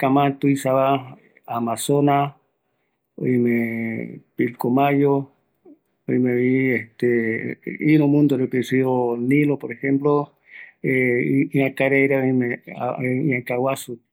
poopo, ɨäkareta amazona, pilcomayo, parapeti, pirai, iaka guasu, itene, oime jetatei